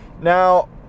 Now